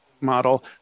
model